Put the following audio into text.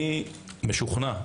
אני משוכנע,